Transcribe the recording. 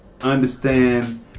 understand